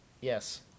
Yes